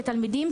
כתלמידים,